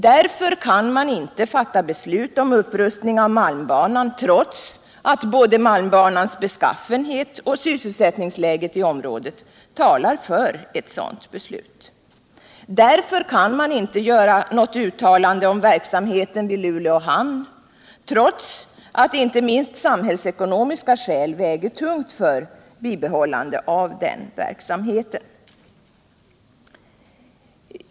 Därför kan man inte fatta beslut om upprustning av malmbanan, trots att både malmbanans beskaffenhet och sysselsättningsläget i området talar för ett sådant beslut. Därför kan man inte göra något uttalande om verksamheten vid Luleå hamn, trots att inte minst samhällsekonomiska skäl väger tungt för bibehållande av den verksamheten.